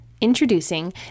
Introducing